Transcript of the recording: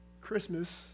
Christmas